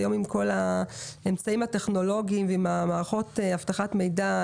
היום עם כל האמצעים הטכנולוגיים ומערכות אבטחת מידע,